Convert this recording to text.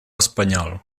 espanyol